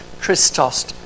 Christos